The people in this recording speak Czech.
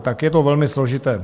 Tak je to velmi složité.